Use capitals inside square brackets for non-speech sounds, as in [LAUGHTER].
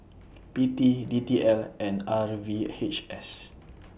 P T D T L and R V H S [NOISE]